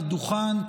לדוכן,